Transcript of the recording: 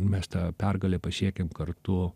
mes tą pergalę pasiekėm kartu